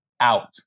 out